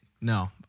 No